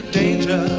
danger